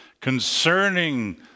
concerning